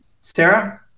Sarah